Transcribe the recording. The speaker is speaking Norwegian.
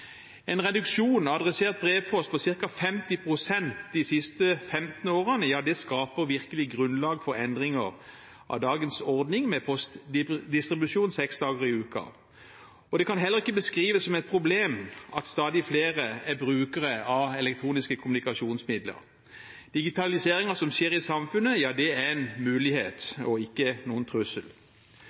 En reduksjon av adressert brevpost på ca. 50 pst. de siste 15 årene skaper virkelig grunnlag for endringer av dagens ordning med postdistribusjon seks dager i uken. Det kan heller ikke beskrives som et problem at stadig flere er brukere av elektroniske kommunikasjonsmidler. Digitaliseringen som skjer i samfunnet, er en mulighet og ikke noen trussel.